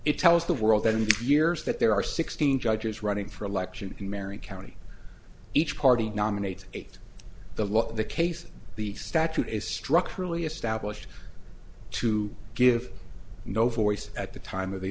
it tells the world ten years that there are sixteen judges running for election in marin county each party nominates eight the law the case the statute is struck early established to give no voice at the time of the